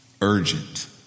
urgent